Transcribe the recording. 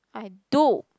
I do